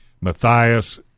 Matthias